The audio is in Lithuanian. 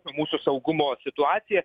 mūsų saugumo situaciją